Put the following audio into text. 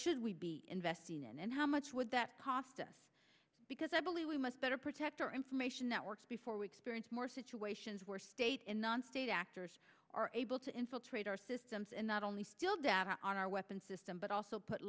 should we be investing in and how much would that cost us because i believe we must better protect our information networks before we experience more situations where states in non state actors are able to infiltrate our systems and not only steal data on our weapons system but also put